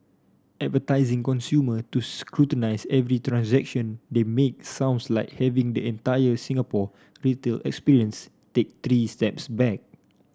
advertising consumer to scrutinise every transaction they make sounds like having the entire Singapore retail experience take three steps back